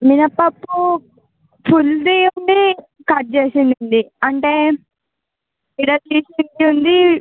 మినప్పప్పు ఫుల్ది ఉంది కట్ చేసింది ఉంది అంటే విడదీసింది ఉంది